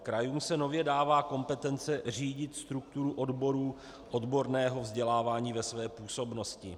Krajům se nově dává kompetence řídit strukturu oborů odborného vzdělávání ve své působnosti.